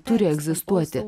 turi egzistuoti